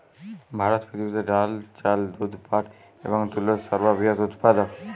ভারত পৃথিবীতে ডাল, চাল, দুধ, পাট এবং তুলোর সর্ববৃহৎ উৎপাদক